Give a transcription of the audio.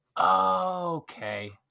okay